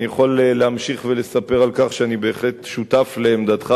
אני יכול להמשיך ולספר על כך שאני בהחלט שותף לעמדתך,